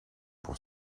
pour